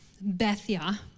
bethia